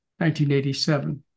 1987